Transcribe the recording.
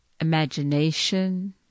imagination